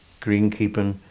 greenkeeping